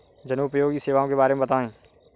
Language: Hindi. जनोपयोगी सेवाओं के बारे में बताएँ?